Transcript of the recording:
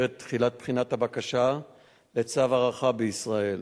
את תחילת בחינת הבקשה לצו הארכה בישראל